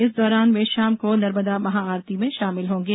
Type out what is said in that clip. इस दौरान वे शाम को नर्मदा महाआरती में शामिल होंगे